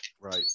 Right